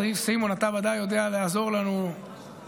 סימון, אתה ודאי יודע לעזור לנו במשל,